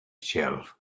shelf